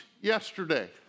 yesterday